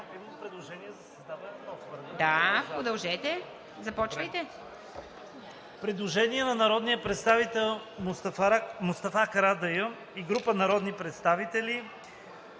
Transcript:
предложение на народния представител Мустафа Карадайъ и група народни представители